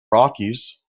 rockies